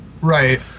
Right